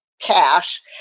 cash